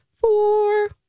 four